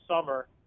summer